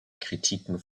kritiken